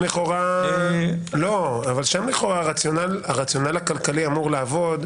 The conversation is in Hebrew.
אבל שם, לכאורה, הרציונל הכלכלי אמור לעבוד.